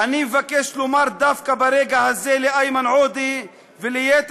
"אני מבקש לומר דווקא ברגע הזה לאיימן עודה וליתר